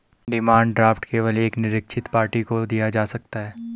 demand draft केवल एक निरदीक्षित पार्टी को दिया जा सकता है